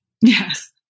Yes